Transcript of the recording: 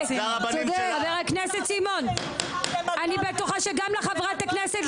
חבר הכנסת סימון אני בטוחה שגם לחברת הכנסת